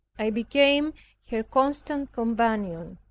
i became her constant companion.